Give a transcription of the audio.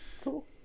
Cool